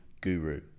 guru